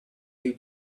you